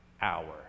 hour